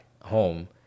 home